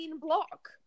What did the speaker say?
block